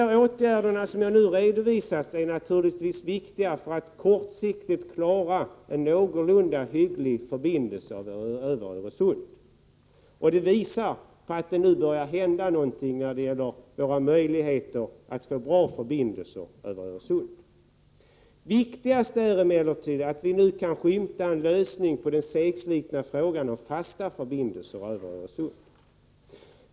De åtgärder som jag här redovisat är naturligtvis viktiga för att man kortsiktigt skall klara någorlunda hyggliga förbindelser över Öresund. Det börjar således hända saker och ting när det gäller våra möjligheter att få bra förbindelser över Öresund. Viktigast är emellertid att vi nu kan skymta en lösning på den segslitna frågan om fasta förbindelser över Öresund.